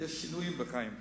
יש שינויים בחיים.